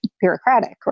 bureaucratic